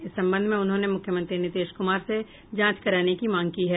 इस संबंध में उन्होंने मुख्यमंत्री नीतीश कुमार से जांच कराने की मांग की है